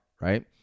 right